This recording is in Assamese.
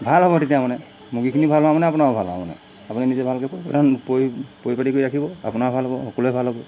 ভাল হ'ব তেতিয়া মানে মুৰ্গীখিনি ভাল হোৱা মানে আপোনাৰ ভাল আৰু মানে আপুনি নিজে ভালকৈ পৰিপাটি কৰি ৰাখিব আপোনাৰ ভাল হ'ব সকলোৱে ভাল হ'ব